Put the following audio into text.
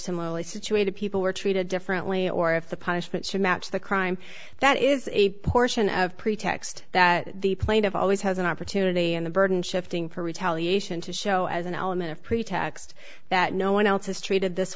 similarly situated people were treated differently or if the punishment should match the crime that is a portion of pretext that the plane of always has an opportunity and the burden shifting for retaliation to show as an element of pretext that no one else is treated this